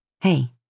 Hey